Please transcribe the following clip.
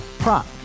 Prop